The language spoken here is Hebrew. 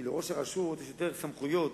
כי לראש הרשות יש יותר סמכויות,